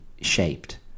shaped